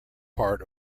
part